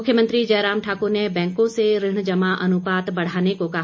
मुख्यमंत्री जयराम ठाकुर ने बैंकों से ऋण जमा अनुपात बढ़ाने को कहा